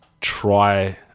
try